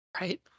Right